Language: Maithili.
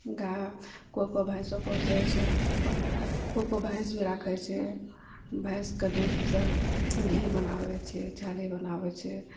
गाय केओ केओ भैंसो पोषए छै केओ केओ भैंस भी राखए छै भैंसके दूधसे घी बनाबए छै छाली बनाबए छै